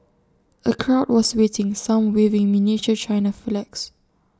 A crowd was waiting some waving miniature China flags